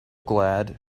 glad